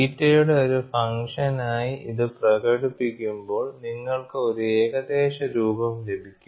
തീറ്റയുടെ ഒരു ഫംഗ്ഷനായി ഇത് പ്രകടിപ്പിക്കുമ്പോൾ നിങ്ങൾക്ക് ഒരു ഏകദേശ രൂപം ലഭിക്കും